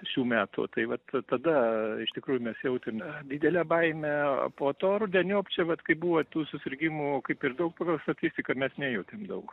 šių metų tai vat tada iš tikrųjų mes jautėme didelę baimę po to rudeniop čia vat kai buvo tų susirgimų kaip ir daug pagal statistiką mes nejautėm daug